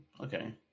Okay